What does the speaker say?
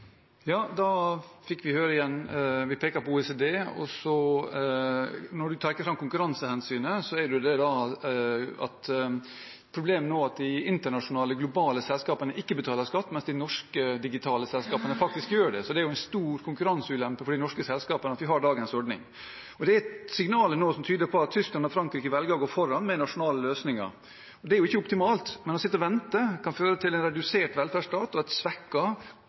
Ja, da fikk vi høre igjen at vi peker på OECD. Statsministeren trekker fram konkurransehensynet, men problemet er at de internasjonale globale selskapene ikke betaler skatt, mens de norske digitale selskapene faktisk gjør det. Så det er en stor konkurranseulempe for de norske selskapene at vi har dagens ordning. Og det er signaler nå som tyder på at Tyskland og Frankrike velger å gå foran med nasjonale løsninger. Det er jo ikke optimalt, men å sitte og vente kan føre til en redusert velferdsstat og